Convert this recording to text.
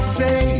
say